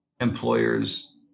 employers